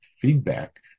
feedback